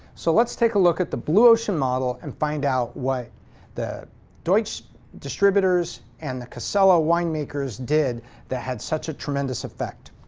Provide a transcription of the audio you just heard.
so let's take a look at the blue ocean model and find out what the deutsch distributors and the casella winemakers did that had such a tremendous effect.